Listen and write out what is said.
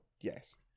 Yes